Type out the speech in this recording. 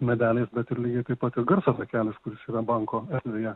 medeliais bet ir lygiai taip pat ir garso takelis kuris yra banko erdvėje